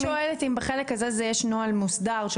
אני רק שואלת אם בחלק הזה יש נוהל מוסדר של